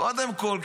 קודם כול,